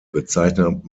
bezeichnet